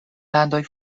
landoj